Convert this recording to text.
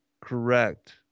correct